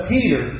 Peter